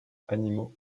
animaux